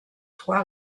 trois